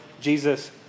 Jesus